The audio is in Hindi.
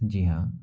जी हाँ